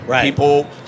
People